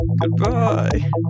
Goodbye